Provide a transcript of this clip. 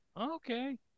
Okay